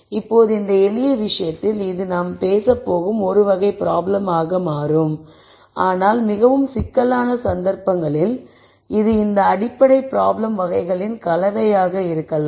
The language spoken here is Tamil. இப்போது இந்த எளிய விஷயத்தில் இது நான் பேசப் போகும் ஒரு வகை ப்ராப்ளமாக மாறும் ஆனால் மிகவும் சிக்கலான சந்தர்ப்பங்களில் இது இந்த அடிப்படை ப்ராப்ளம் வகைகளின் கலவையாக இருக்கலாம்